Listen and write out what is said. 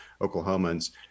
Oklahomans